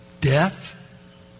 Death